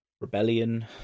rebellion